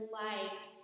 life